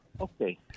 Okay